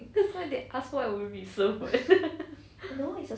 that's why they ask what would you be served what